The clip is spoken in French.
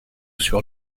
sur